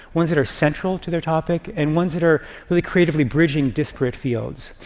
ones that are central to their topic, and ones that are really creatively bridging disparate fields.